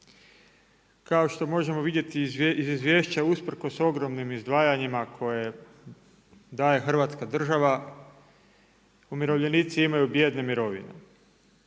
Kao što možemo vidjeti iz izvješća, usprkos ogromnim izdvajanjima koje daje hrvatska država, umirovljenici imaju bijedne mirovine.